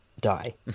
die